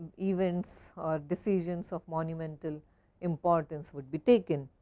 events or decisions of monumental importance will be taken.